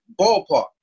ballpark